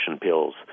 pills